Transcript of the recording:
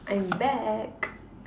I'm back